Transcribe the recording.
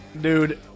dude